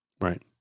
Right